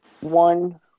One